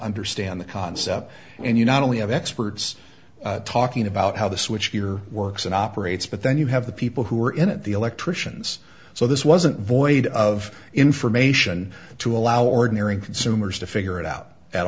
understand the concept and you not only have experts talking about how the switchgear works and operates but then you have the people who are in it the electrician's so this wasn't void of information to allow ordinary consumers to figure it out at